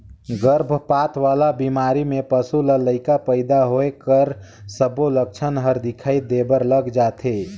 गरभपात वाला बेमारी में पसू ल लइका पइदा होए कर सबो लक्छन हर दिखई देबर लग जाथे